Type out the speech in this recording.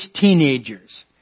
teenagers